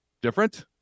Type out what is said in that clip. different